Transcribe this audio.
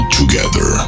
together